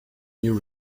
new